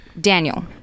Daniel